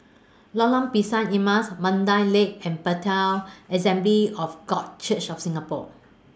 Lorong Pisang Emas Mandai Lake and Bethel Assembly of God Church of Singapore